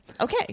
Okay